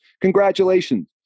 congratulations